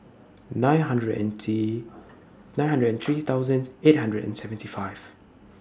nine hundred and T nine hundred and three thousand eight hundred and seventy five